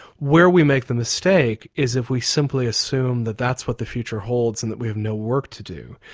where we make the mistake is if we simply assume that that's what the future holds and that we've no work to do.